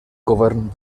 govern